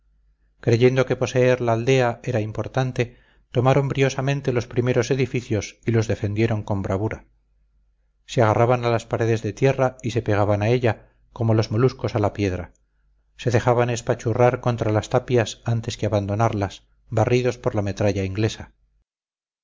creyendo que poseer la aldea era importante tomaron briosamente los primeros edificios y los defendieron con bravura se agarraban a las paredes de tierra y se pegaban a ella como los moluscos a la piedra se dejaban espachurrar contra las tapias antes que abandonarlas barridos por la metralla inglesa